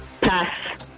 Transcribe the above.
Pass